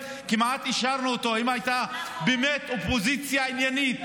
וכמעט אישרנו אותו/ אם באמת הייתה אופוזיציה עניינית,